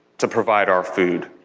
to provide our food.